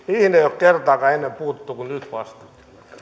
ei ole kertaakaan ennen puututtu kuin nyt vasta